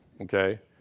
okay